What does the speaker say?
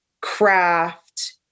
craft